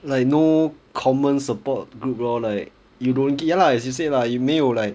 like no common support group lor like you don't get ya lah as you said like 你没有 like